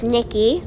Nikki